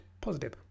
positive